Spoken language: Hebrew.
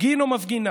מפגין או מפגינה,